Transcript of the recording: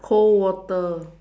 cold water